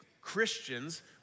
Christians